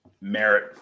merit